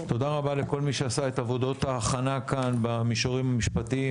תודה רבה לכל מי שעשה את עבודות ההכנה כאן במישורים המשפטיים,